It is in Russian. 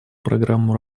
программу